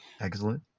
excellent